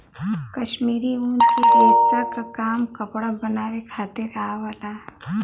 कश्मीरी ऊन के रेसा क काम कपड़ा बनावे खातिर आवला